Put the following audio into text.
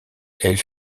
elle